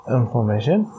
information